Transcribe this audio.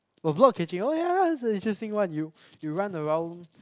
oh block catching oh yeah yeah that's a interesting one you you run around